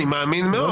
אני מאמין מאוד,